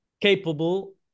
capable